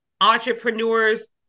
entrepreneurs